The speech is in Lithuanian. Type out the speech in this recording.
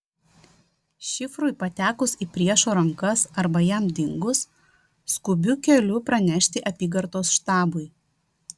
šifrui patekus į priešo rankas arba jam dingus skubiu keliu pranešti apygardos štabui